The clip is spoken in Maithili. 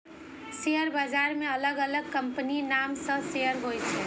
शेयर बाजार मे अलग अलग कंपनीक नाम सं शेयर होइ छै